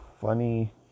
funny